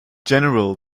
general